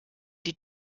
die